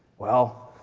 well,